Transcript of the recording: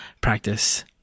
practice